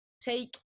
take